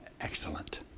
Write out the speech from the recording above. excellent